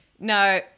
No